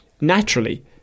Naturally